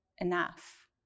enough